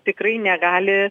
tikrai negali